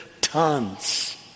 tons